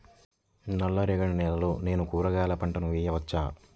నల్ల రేగడి నేలలో నేను కూరగాయల పంటను వేయచ్చా?